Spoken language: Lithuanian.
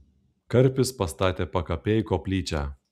karpis pastatė pakapėj koplyčią